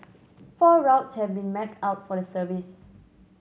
four routes have been mapped out for the service